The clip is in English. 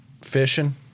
fishing